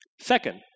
Second